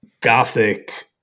Gothic